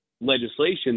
legislation